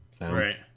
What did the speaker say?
Right